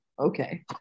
Okay